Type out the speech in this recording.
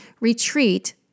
retreat